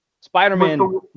Spider-Man